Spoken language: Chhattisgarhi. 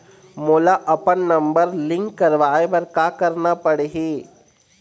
मोला अपन नंबर लिंक करवाये बर का करना पड़ही?